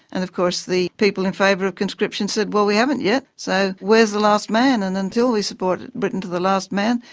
and of course the people in favour of conscription said, well, we haven't yet, so where's the last man? and until we support britain to the last man,